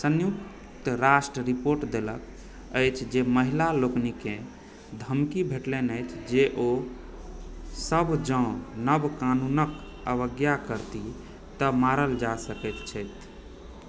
संयुक्त राष्ट्र रिपोर्ट देलक अछि जे महिला लोकनिकेँ धमकी भेटलनि अछि जे ओ सभ जँ नव कानूनक अवज्ञा करतीह तँ मारल जा सकैत छथि